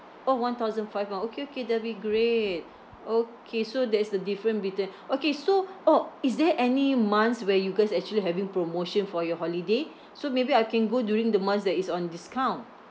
orh one thousand five ah okay okay that'll be great okay so that is the difference between okay so oh is there any months where you guys are actually having promotion for your holiday so maybe I can go during the months that is on discount